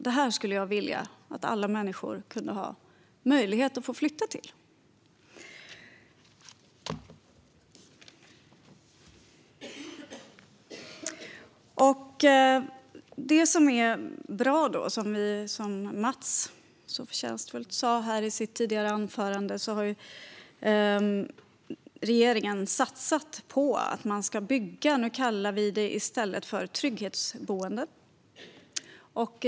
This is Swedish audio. Det skulle jag vilja att alla människor kunde ha möjlighet att få flytta till. Som Mats Wiking så förtjänstfullt sa i sitt tidigare anförande är det bra att regeringen har satsat på att man ska bygga. Nu kallar vi det i stället för trygghetsboende.